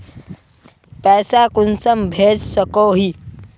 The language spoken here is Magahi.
पैसा कुंसम भेज सकोही?